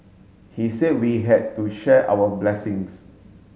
he said we had to share our blessings